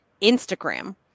Instagram